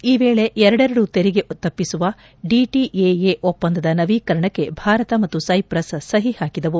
ಈ ವೇಳೆ ಎರಡೆರಡು ತೆರಿಗೆ ತಪ್ಪಿಸುವ ಡಿಟಿಎಎ ಒಪ್ಪಂದದ ನವೀಕರಣಕ್ಕೆ ಭಾರತ ಮತ್ತು ಸೈಪ್ರಸ್ ಸಹಿ ಹಾಕಿದವು